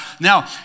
Now